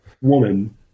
woman